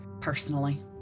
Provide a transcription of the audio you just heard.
personally